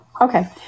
Okay